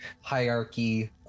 hierarchy